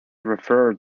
referred